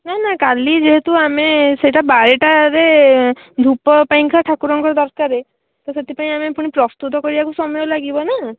ନା ନା କାଲି ଯେହେତୁ ଆମେ ସେଇଟା ବାରଟାରେ ଧୂପ ପାଇଁକା ଠାକୁରଙ୍କର ଦରକାର ତ ସେଥିପାଇଁ ଆମେ ପ୍ରସ୍ତୁତ କରିବାକୁ ସମୟ ଲାଗିବ ନା